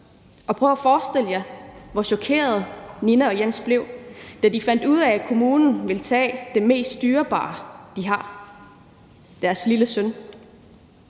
og prøv at forestille jer, hvor chokerede Nina og Jens blev, da de fandt ud af, at kommunen ville tage det mest dyrebare, de har: deres lille søn.